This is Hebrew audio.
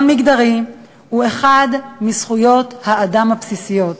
מגדרי הוא אחת מזכויות האדם הבסיסיות.